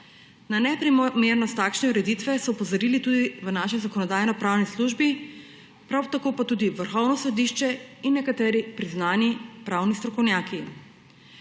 Na neprimernost takšne ureditve so opozorili tudi v naši Zakonodajno-pravni službi, prav tako pa tudi Vrhovno sodišče in nekateri priznani pravni strokovnjaki. Vrhovno